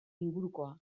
ingurukoa